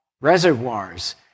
reservoirs